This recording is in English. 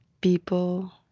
people